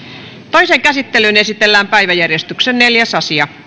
toiseen käsittelyyn esitellään päiväjärjestyksen neljäs asia